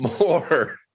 More